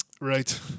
Right